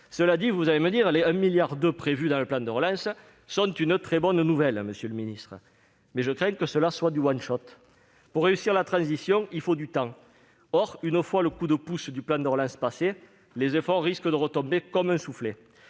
Cela étant, les 1,2 milliard d'euros prévus dans le plan de relance sont une très bonne nouvelle, monsieur le ministre, mais je crains que ce ne soit du ! Pour réussir la transition, il faut du temps. Or, une fois le coup de pouce du plan de relance passé, les efforts risquent de retomber comme un soufflé.